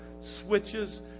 switches